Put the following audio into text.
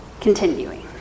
Continuing